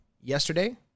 yesterday